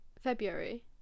february